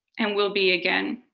and will be again.